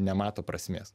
nemato prasmės